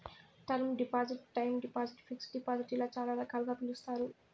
term deposit time deposit fixed deposit ఇలా చాలా రకాలుగా పిలుస్తారు